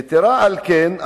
יתר על כן,